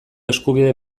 eskubide